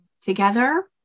together